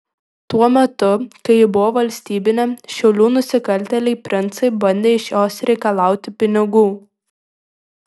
tuo metu kai ji buvo valstybinė šiaulių nusikaltėliai princai bandė iš jos reikalauti pinigų